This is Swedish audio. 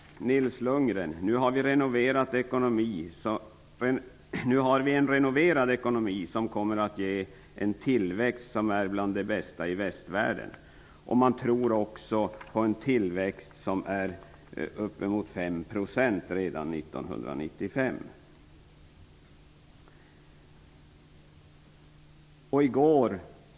Nils Lundgren säger att vi nu har en renoverad ekonomi som kommer att ge en tillväxt som är bland de bästa i västvärlden. Han tror också på en tillväxt på uppemot 5 % redan 1995.